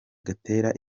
gutera